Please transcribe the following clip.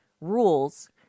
rules